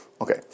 Okay